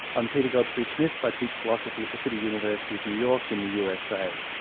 um peter godfrey-smith, i teach philosophy at the city university of new york in the usa.